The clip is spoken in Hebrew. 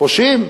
פושעים?